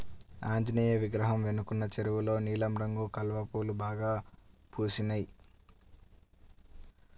ఆంజనేయ విగ్రహం వెనకున్న చెరువులో నీలం రంగు కలువ పూలు బాగా పూసినియ్